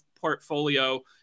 portfolio